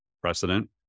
precedent